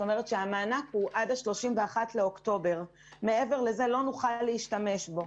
המענק תקף עד ה-31 באוקטובר ומעבר לזה לא נוכל להשתמש בו.